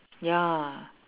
ya